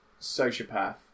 sociopath